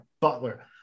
Butler